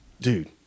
Dude